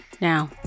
Now